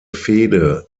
fehde